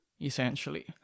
essentially